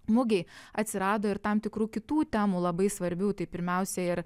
mugei atsirado ir tam tikrų kitų temų labai svarbių tai pirmiausia ir